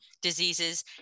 diseases